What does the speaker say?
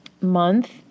month